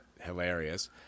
hilarious